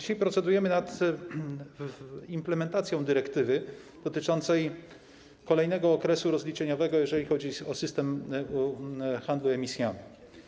Dzisiaj procedujemy nad implementacją dyrektywy dotyczącej kolejnego okresu rozliczeniowego, jeżeli chodzi o system handlu emisjami.